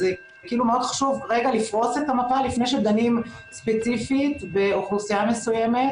אז חשוב לפרוס את המפה לפני שדנים ספציפית באוכלוסייה מסוימת.